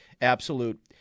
Absolute